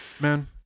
man